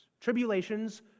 Tribulations